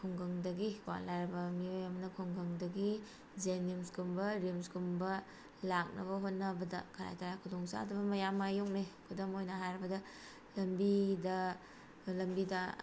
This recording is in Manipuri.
ꯈꯨꯡꯒꯪꯗꯒꯤ ꯀꯣ ꯂꯥꯏꯔꯕ ꯃꯤꯑꯣꯏ ꯑꯃꯅ ꯈꯨꯡꯒꯪꯗꯒꯤ ꯖꯦꯅꯤꯝꯁꯀꯨꯝꯕ ꯔꯤꯝꯁꯀꯨꯝꯕ ꯂꯥꯛꯅꯕ ꯍꯣꯠꯅꯕꯗ ꯀꯔꯥꯏ ꯀꯔꯥꯏ ꯈꯨꯗꯣꯡ ꯆꯥꯗꯕ ꯃꯌꯥꯝ ꯃꯥꯏꯌꯣꯛꯅꯩ ꯈꯨꯗꯝ ꯑꯣꯏꯅ ꯍꯥꯏꯔꯕꯗ ꯂꯝꯕꯤꯗ ꯂꯝꯕꯤꯗ